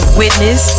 witness